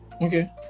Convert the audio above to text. okay